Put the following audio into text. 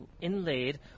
inlaid